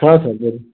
हाँ सर दे दें